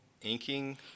inking